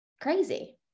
crazy